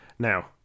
Now